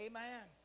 Amen